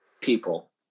people